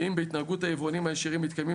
אם בהתנהגות היבואנים הישירים מתקיימות